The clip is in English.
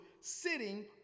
sitting